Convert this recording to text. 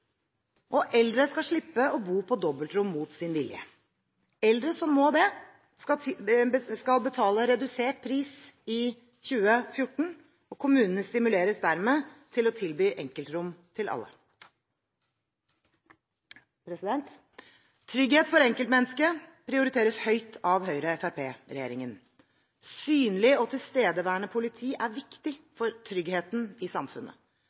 Eldre skal slippe å bo på dobbeltrom mot sin vilje. Eldre som må det, skal betale redusert pris i 2014. Kommunene stimuleres dermed til å tilby enkeltrom for alle. Trygghet for enkeltmennesket prioriteres høyt av Høyre–Fremskrittsparti-regjeringen. Synlig og tilstedeværende politi er viktig for tryggheten i samfunnet.